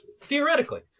theoretically